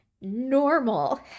normal